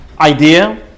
idea